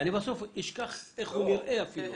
אשכח איך הוא נראה.